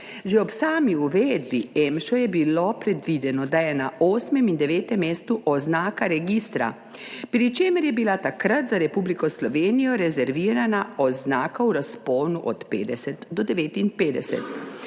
Že ob sami uvedbi EMŠA je bilo predvideno, da je na osmem in devetem mestu oznaka registra, pri čemer je bila takrat za Republiko Slovenijo rezervirana oznaka v razponu od 50 do 59.